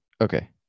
Okay